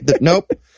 nope